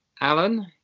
Alan